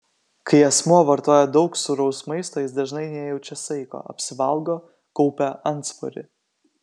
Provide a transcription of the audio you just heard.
kai asmuo vartoja daug sūraus maisto jis dažnai nejaučia saiko apsivalgo kaupia antsvorį